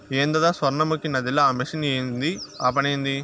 ఏందద సొర్ణముఖి నదిల ఆ మెషిన్ ఏంది ఆ పనేంది